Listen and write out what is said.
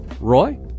Roy